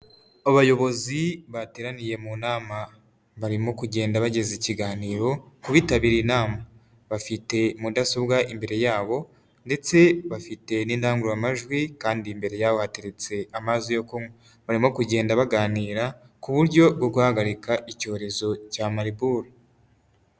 Abayobozi bateraniye mu nama, barimo kugenda bageza ikiganiro ku bitabiriye inama. Bafite mudasobwa imbere yabo ndetse bafite n'indangururamajwi kandi imbere yabo hateretse amazi yo kunywa. Barimo kugenda baganira ku buryo bwo guhagarika icyorezo cya Mariburu.